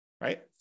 right